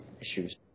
issues